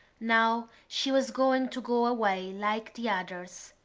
now she was going to go away like the others,